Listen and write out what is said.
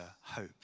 hope